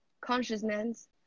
consciousness